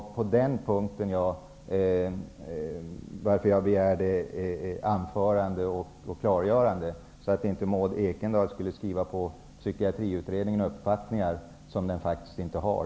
Det var därför jag begärde ordet för ett klargörande, så att inte Maud Ekendahl skulle tillskriva Psykiatriutredningen uppfattningar som den faktiskt inte har.